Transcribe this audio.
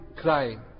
crying